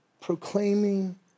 proclaiming